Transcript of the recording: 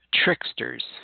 tricksters